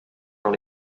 dans